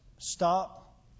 Stop